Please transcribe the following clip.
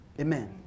Amen